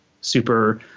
super